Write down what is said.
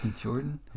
Jordan